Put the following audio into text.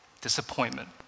Disappointment